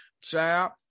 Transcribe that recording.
child